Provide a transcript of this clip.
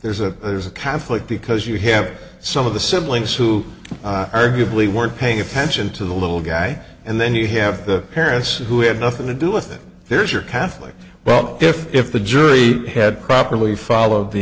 there's a there's a conflict because you have some of the siblings who arguably weren't paying attention to the little guy and then you have the parents who had nothing to do with it there's your catholic well if if the jury had properly followed the